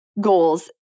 goals